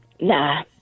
Nah